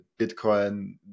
Bitcoin